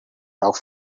talk